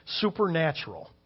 supernatural